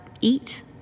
eat